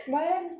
why leh